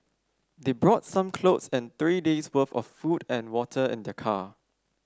they brought some clothes and three days' worth of food and water in their car